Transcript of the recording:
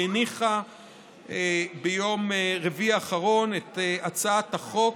והניחה ביום רביעי האחרון את הצעת החוק.